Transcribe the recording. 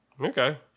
Okay